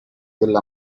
delle